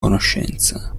conoscenza